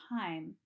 time